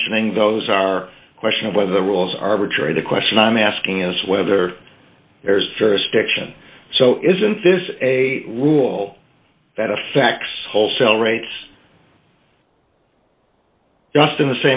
mentioning those are question of whether the rules arbitrary the question i'm asking is whether there's jurisdiction so isn't this a rule that affects wholesale rates just in the